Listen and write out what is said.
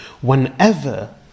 whenever